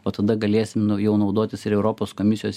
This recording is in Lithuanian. o tada galėsim jau naudotis ir europos komisijos